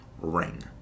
ring